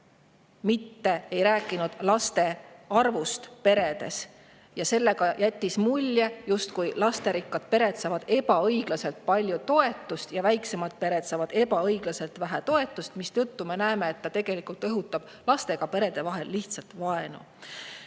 mitte ei rääkinud laste arvust peredes, ja sellega jättis mulje, justkui lasterikkad pered saavad ebaõiglaselt palju toetust ja väiksemad pered saavad ebaõiglaselt vähe toetust, me näeme, et ta seetõttu tegelikult õhutab lastega perede vahel lihtsalt